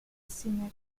scenery